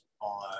on